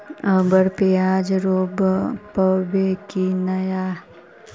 अबर प्याज रोप्बो की नय?